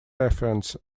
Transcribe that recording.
reference